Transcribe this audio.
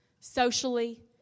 socially